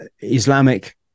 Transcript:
Islamic